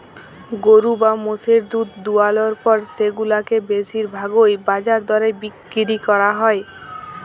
গরু বা মোষের দুহুদ দুয়ালর পর সেগুলাকে বেশির ভাগই বাজার দরে বিক্কিরি ক্যরা হ্যয়